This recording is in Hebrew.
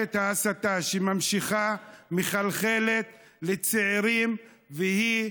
מערכת ההסתה שממשיכה מחלחלת לצעירים, והיא